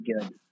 good